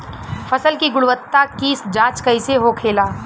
फसल की गुणवत्ता की जांच कैसे होखेला?